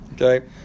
Okay